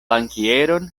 bankieron